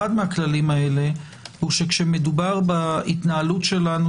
אחד מהכללים האלה הוא שכשמדובר בהתנהלות שלנו,